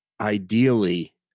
ideally